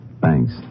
Thanks